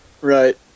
Right